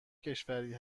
کشوری